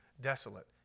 desolate